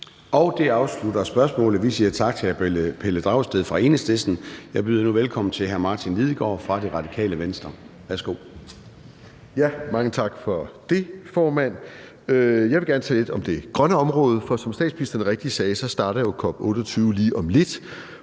Det afslutter spørgsmålet. Vi siger tak til hr. Pelle Dragsted fra Enhedslisten. Jeg byder nu velkommen til hr. Martin Lidegaard fra Radikale Venstre. Værsgo. Kl. 13:48 Spm. nr. US 18 Martin Lidegaard (RV): Mange tak for det, formand. Jeg vil gerne tale lidt om det grønne område, for som statsministeren rigtigt sagde, starter COP28 jo lige om lidt.